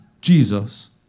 Jesus